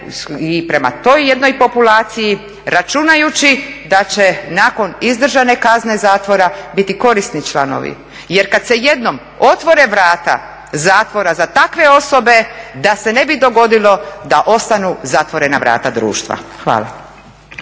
i prema toj jednoj populaciji računajući da će nakon izdržane kazne zatvora biti korisni članovi. Jer kad se jednom otvore vrata zatvora za takve osobe da se ne bi dogodilo da ostanu zatvorena vrata društva. Hvala.